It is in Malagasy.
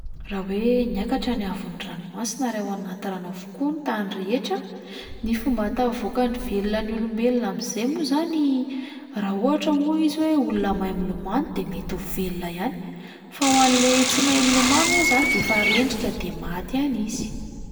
Raha hoe niakatra ny haavon'ny ranomasina ary ao anaty rano avokoa ny tany rehetra, ny fomba hahatafavoaka n- velona ny olombelona amin'izay moa izany, raha ohatra moa izy hoe olona mahay milomano de mety ho velona ihany fa ho an'ilay tsy mahay milomano moa izany de efa rendrika de maty any izy.